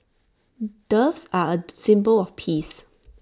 doves are A symbol of peace